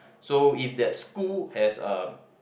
so if that school has um